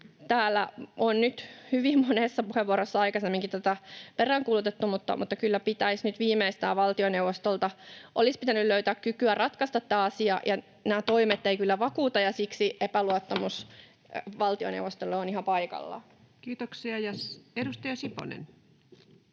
Täällä on nyt hyvin monessa puheenvuorossa aikaisemminkin tätä peräänkuulutettu, mutta kyllä nyt viimeistään valtioneuvostolta olisi pitänyt löytyä kykyä ratkaista tämä asia. Nämä toimet eivät kyllä vakuuta, ja siksi epäluottamus valtioneuvostolle on ihan paikallaan. [Speech 288] Speaker: